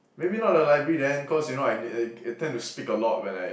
maybe not the library then cause you know I need I I tend to speak a lot when I